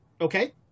Okay